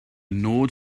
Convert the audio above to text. nod